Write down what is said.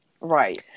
Right